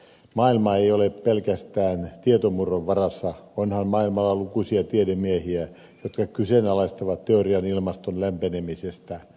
maailma ei ole pelkästään tietomurron varassa onhan maailmalla lukuisia tiedemiehiä jotka kyseenalaistavat teorian ilmaston lämpenemisestä